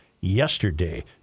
yesterday